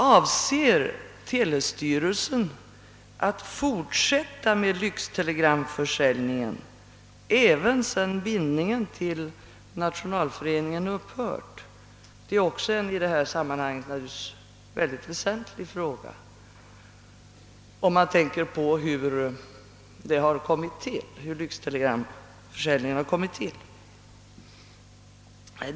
Avser telestyrelsen att fortsätta med lyxtelegramförsäljningen även sedan bindningen till Nationalföreningen har upphört? Det är också i detta sammanhang en mycket väsentlig fråga, om man tänker på hur lyxtelegramförsäljningen har kommit till.